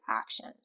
action